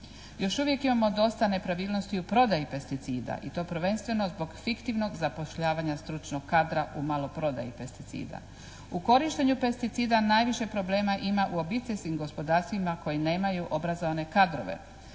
Još uvijek imamo dosta nepravilnosti u prodaji pesticida i to prvenstveno zbog fiktivnog zapošljavanja stručnog kadra u maloprodaji pesticida. U korištenju pesticida najviše problema ima u obiteljskim gospodarstvima koji nemaju obrazovane kadrove.